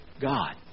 God